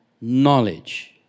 knowledge